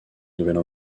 nouvelle